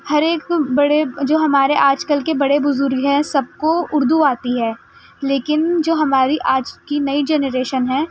ہر ایک بڑے جو ہمارے آج کل کے بڑے بزرگ ہیں سب کو اردو آتی ہے لیکن جو ہماری آج کی نئی جنریشن ہے